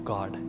God